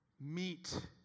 meet